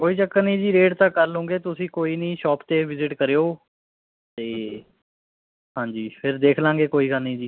ਕੋਈ ਚੱਕਰ ਨਹੀਂ ਜੀ ਰੇਟ ਤਾਂ ਕਰ ਲਊਂਗੇ ਤੁਸੀਂ ਕੋਈ ਨਹੀਂ ਸ਼ੋਪ 'ਤੇ ਵਿਜ਼ਿਟ ਕਰਿਓ ਅਤੇ ਹਾਂਜੀ ਫਿਰ ਦੇਖ ਲਵਾਂਗੇ ਕੋਈ ਗੱਲ ਨਹੀਂ ਜੀ